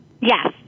Yes